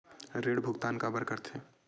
ऋण भुक्तान काबर कर थे?